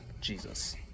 Jesus